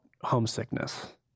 homesickness